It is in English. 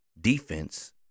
defense